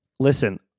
Listen